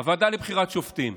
הוועדה לבחירת שופטים,